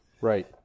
Right